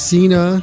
Cena